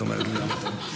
את אומרת גם לי.